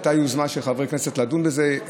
הייתה יוזמה של חברי כנסת לדון בזה,